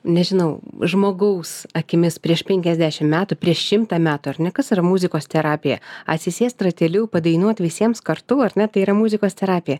nežinau žmogaus akimis prieš penkiasdešim metų prieš šimtą metų ar ne kas yra muzikos terapija atsisėst rateliu padainuot visiems kartu ar ne tai yra muzikos terapija